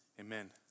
Amen